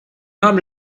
haben